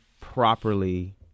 properly